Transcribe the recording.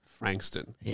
Frankston